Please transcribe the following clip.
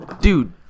dude